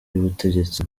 y’ubutegetsi